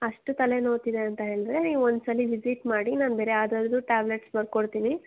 ಅಷ್ಟು ತಲೆ ನೋವ್ತಿದೆ ಅಂತ ಹೇಳಿದರೆ ನೀವು ಒಂದ್ಸರಿ ವಿಸಿಟ್ ಮಾಡಿ ನಾನು ಬೇರೆ ಯಾವುದಾದ್ರು ಟ್ಯಾಬ್ಲೆಟ್ಸ್ ಬರ್ದು ಕೊಡ್ತೀನಿ